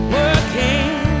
working